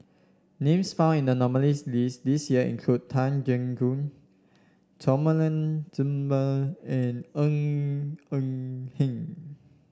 names found in the nominees' list this year include Tan Keong Choon and Ng Eng Hen